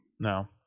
No